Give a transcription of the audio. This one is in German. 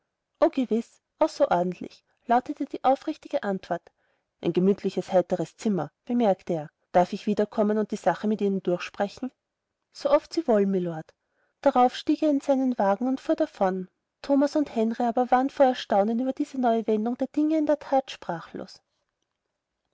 o gewiß außerordentlich lautete die aufrichtige antwort ein gemütliches heiteres zimmer bemerkte er darf ich wiederkommen und die sache mit ihnen durchsprechen so oft sie wollen mylord darauf stieg er in seinen wagen und fuhr davon thomas und henry aber waren vor erstaunen über diese neue wendung der dinge in der that sprachlos